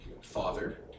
Father